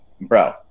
bro